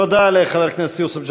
תודה לחבר הכנסת יוסף ג'בארין.